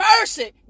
mercy